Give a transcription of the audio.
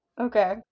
Okay